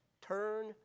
turn